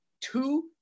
two